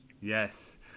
Yes